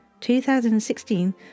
2016